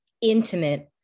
intimate